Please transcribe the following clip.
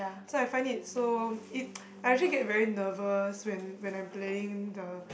so I find it so it I actually get very nervous when when I'm playing the